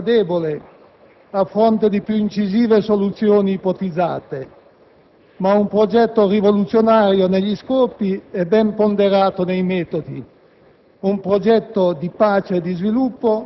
forse una risposta debole a fronte di più incisive soluzioni ipotizzate, ma un progetto rivoluzionario negli scopi e ben ponderato nei metodi.